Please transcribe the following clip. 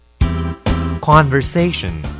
Conversation